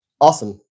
Awesome